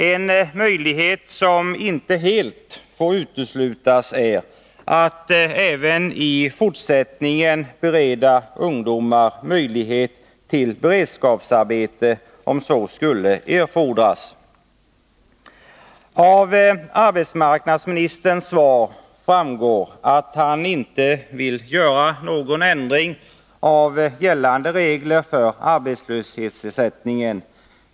En möjlighet som inte helt får uteslutas är att man även i fortsättningen skall kunna bereda ungdomar möjlighet till beredskapsarbete om så skulle erfordras. Av arbetsmarknadsministerns svar framgår att han inte vill göra några ändringar i gällande regler för arbetslöshetsersättning.